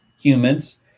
humans